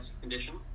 condition